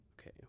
Okay